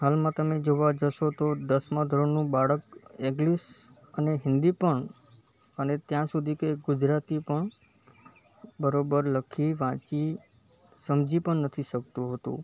હાલમાં તમે જોવા જશો તો દસમા ધોરણનું બાળક ઇંગ્લિશ અને હિન્દી પણ અને ત્યાં સુધી કે ગુજરાતી પણ બરાબર લખી વાંચી સમજી પણ નથી શકતું હોતું